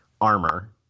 armor